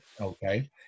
okay